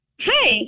hi